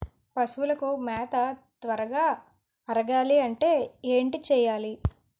పశువులకు మేత త్వరగా అరగాలి అంటే ఏంటి చేయాలి?